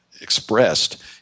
expressed